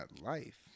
life